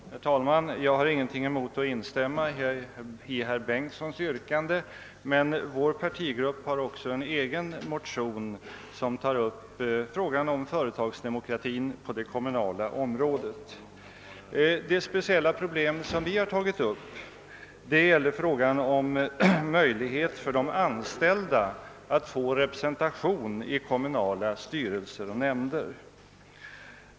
Herr talman! Jag har ingenting emot att instämma i herr Bengtssons i Landskrona yrkande. Vår partigrupp har emellertid också en egen motion om företagsdemokrati på det kommunala området. Det speciella problem vi har tagit upp gäller möjlighet för de anställda att få representation i kommunala styrelser och nämnder.